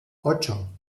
ocho